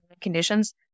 conditions